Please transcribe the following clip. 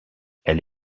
elle